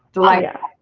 delightful.